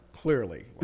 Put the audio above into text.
Clearly